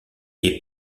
est